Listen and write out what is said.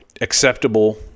acceptable